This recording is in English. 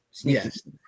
Yes